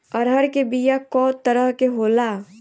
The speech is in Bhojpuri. अरहर के बिया कौ तरह के होला?